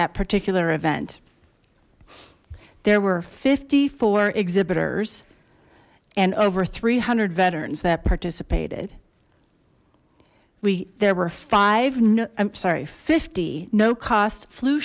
that particular event there were fifty four exhibitors and over three hundred veterans that participated we there were five i'm sorry fifty no cost flu